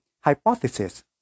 hypothesis